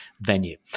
venue